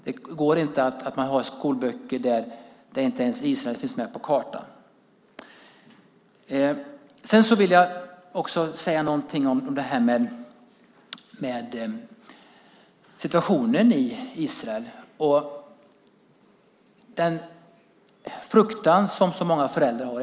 Det går inte att ha skolböcker där Israel inte ens finns med på kartan. Jag vill också säga något om situationen i Israel och den fruktan som så många föräldrar har.